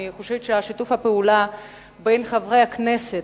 אני חושבת ששיתוף הפעולה בין חברי הכנסת,